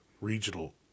regional